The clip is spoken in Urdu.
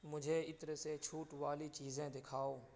مجھے عطر سے چھوٹ والی چیزیں دکھاؤ